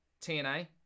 TNA